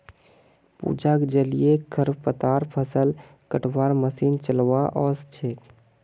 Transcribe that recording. पूजाक जलीय खरपतवार फ़सल कटवार मशीन चलव्वा ओस छेक